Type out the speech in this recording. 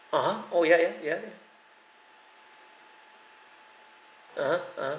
(uh huh) oh ya ya ya (uh huh) (uh huh)